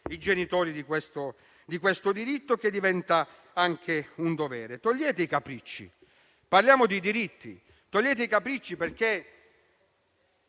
ai genitori questo diritto che diventa anche un dovere. Eliminate i capricci, parliamo di diritti. Togliete i capricci perché